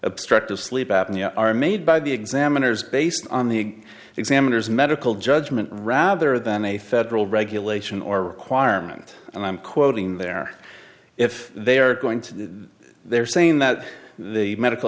obstructive sleep apnea are made by the examiners based on the examiners medical judgment rather than a federal regulation or requirement and i'm quoting there if they are going to they're saying that the medical